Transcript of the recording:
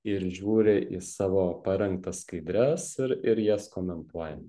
ir žiūri į savo parengtas skaidres ir ir jas komentuoja